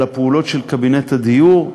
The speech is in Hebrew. על הפעולות של קבינט הדיור,